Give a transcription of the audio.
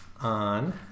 on